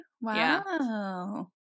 Wow